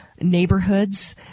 neighborhoods